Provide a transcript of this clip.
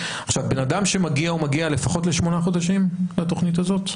בן אדם שמגיע הוא מגיע לפחות לשמונה חודשים לתכנית הזאת?